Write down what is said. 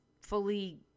fully